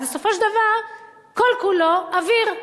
בסופו של דבר כל כולו אוויר,